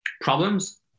problems